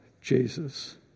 Jesus